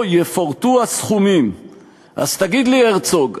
"יפורטו הסכומים"./ אז תגיד לי הרצוג,